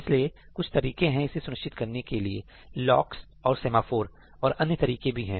इसलिए कुछ तरीके हैं इसे सुनिश्चित करने के लिए लॉक्स और सेमाफोर और अन्य तरीके भी हैं